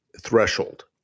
threshold